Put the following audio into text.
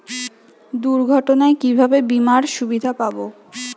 দুর্ঘটনায় কিভাবে বিমার সুবিধা পাব?